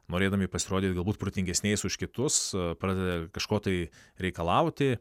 norėdami pasirodyt galbūt protingesniais už kitus pradeda kažko tai reikalauti